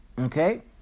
Okay